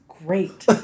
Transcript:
great